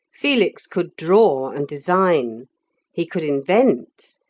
felix could draw, and design he could invent,